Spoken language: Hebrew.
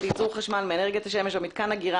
לייצור חשמל מאנרגיית השמש או מיתקן אגירה,